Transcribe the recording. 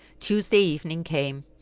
tuesday evening came,